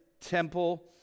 temple